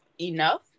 enough